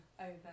over